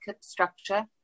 structure